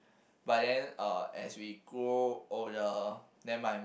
but then uh as we grow older then my mom